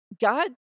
God